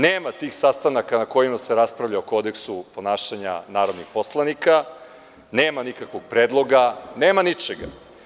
Nema tih sastanaka na kojima se raspravlja o kodeksu ponašanja narodnih poslanika, nema nikakvog predloga, nema ničega.